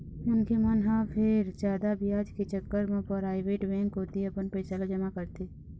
मनखे मन ह फेर जादा बियाज के चक्कर म पराइवेट बेंक कोती अपन पइसा ल जमा करथे